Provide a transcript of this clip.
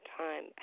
time